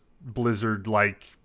blizzard-like